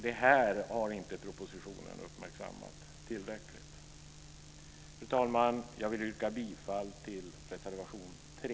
Detta har inte uppmärksammats tillräckligt i propositionen. Fru talman! Jag vill yrka bifall till reservation 3.